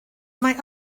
mae